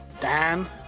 Dan